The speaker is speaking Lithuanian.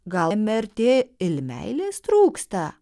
gal mrt il meilės trūksta